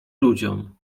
ludziom